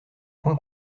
coin